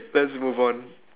let's move on